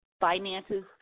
finances